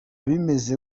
bimeze